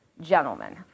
gentlemen